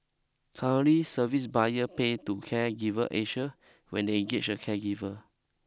currently service buyer pay to Caregiver Asia when they engage a caregiver